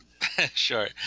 Sure